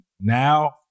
now